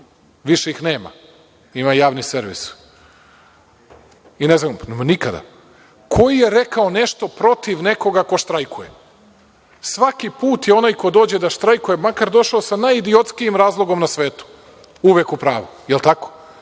više ih nema, ima Javni servis, ko je rekao nešto protiv nekoga ko štrajkuje? Svaki put je onaj ko dođe da štrajkuje, makar došao sa najidiotskijim razlogom na svetu, uvek u pravu. Jel tako?